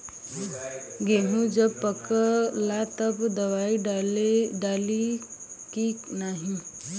गेहूँ जब पकेला तब दवाई डाली की नाही?